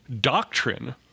doctrine